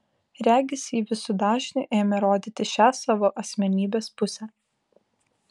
regis ji visu dažniu ėmė rodyti šią savo asmenybės pusę